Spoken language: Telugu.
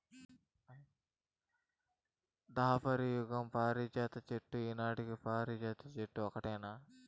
దాపర యుగం పారిజాత చెట్టు ఈనాటి పారిజాత చెట్టు ఓటేనా